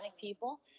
people